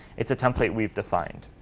it's a template we've defined.